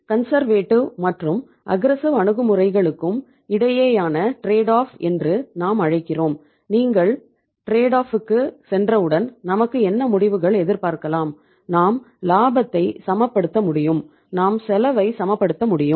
conservative சென்றவுடன் நமக்கு என்ன முடிவுகள் எதிர்பார்க்கலாம் நாம் லாபத்தை சமப்படுத்த முடியும் நாம் செலவை சமப்படுத்த முடியும்